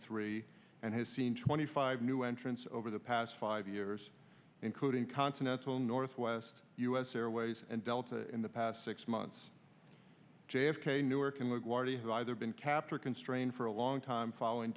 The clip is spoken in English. three and has seen twenty five new entrants over the past five years including continental northwest us airways and delta in the past six months j f k newark and la guardia has either been kept or constrained for a long time following